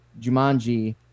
Jumanji